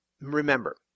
remember